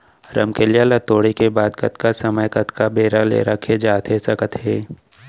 रमकेरिया ला तोड़े के बाद कतका समय कतका बेरा ले रखे जाथे सकत हे?